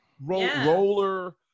roller